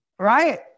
Right